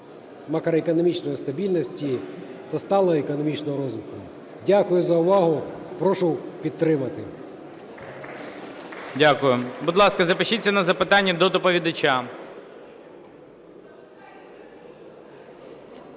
макроекономічної стабільності та сталого економічного розвитку. Дякую за увагу. Прошу підтримати. ГОЛОВУЮЧИЙ. Дякую. Будь ласка, запишіться на запитання до доповідача.